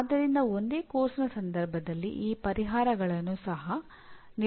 ಆದ್ದರಿಂದ ಒಂದೇ ಪಠ್ಯಕ್ರಮದ ಸಂದರ್ಭದಲ್ಲಿ ಈ ಪರಿಹಾರಗಳನ್ನು ಸಹ ನೀಡಲಾಗುತ್ತದೆ